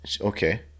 okay